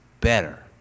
better